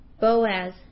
Boaz